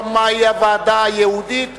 רבותי, הוועדה המיועדת היא ועדת הכלכלה.